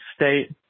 state